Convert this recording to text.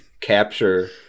capture –